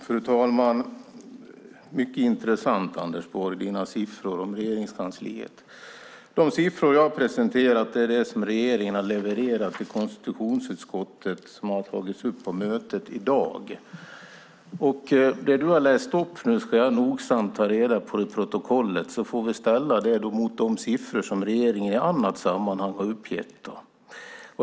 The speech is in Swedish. Fru talman! Dina siffror om Regeringskansliet är mycket intressanta, Anders Borg. De siffror jag presenterat är de som regeringen levererat till konstitutionsutskottet och som tagits upp på mötet i dag. Dem som du nu har läst upp i kammaren ska jag nogsamt ta del av i protokollet. Sedan får vi ställa dem mot de siffror som regeringen i annat sammanhang har uppgett.